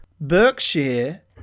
Berkshire